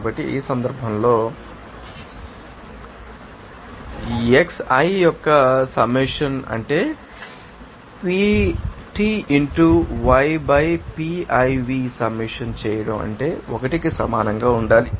కాబట్టి ఈ సందర్భంలో xi యొక్క సమ్మషన్ అంటే ద్వారా PT into y by Piv summation చేయడం అంటే 1 కి సమానంగా ఉండాలి